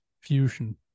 fusion